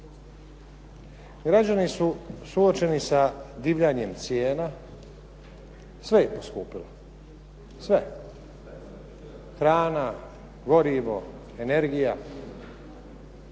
Građani su suočeni sa divljanjem cijena, sve je poskupilo, sve. Hrana, gorivo, energija.